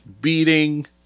beating